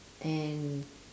and